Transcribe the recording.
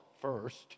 first